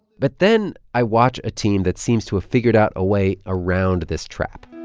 but then, i watch a team that seems to have figured out a way around this trap